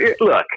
look